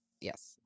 yes